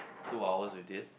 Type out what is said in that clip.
two hours with this